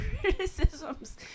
criticisms